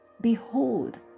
Behold